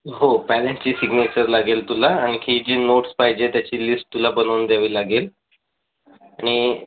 हो पॅरेन्टची सिग्नेचर लागेल तुला आणखी जी नोट्स पाहिजे त्याची लिस्ट तुला बनवून द्यावी लागेल आणि